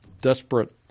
desperate